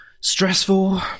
stressful